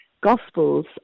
gospels